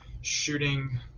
shooting